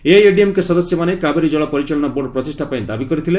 ଏଆଇଏଡିଏମ୍କେ ସଦସ୍ୟମାନେ କାବେରୀ ଜଳ ପରିଚାଳନା ବୋର୍ଡ଼ ପ୍ରତିଷ୍ଠାପାଇଁ ଦାବି କରିଥିଲେ